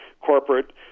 corporate